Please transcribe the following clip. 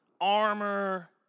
armor